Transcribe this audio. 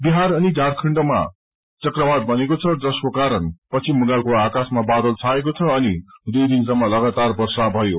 बिहार अनि ढारखण्डमा चक्रवात बनेको छ जसको कारण पश्चिम बंगालको आकाशमा बादल छाएको छ अनि दुइ दिनसम्म लागातार वर्षा भयो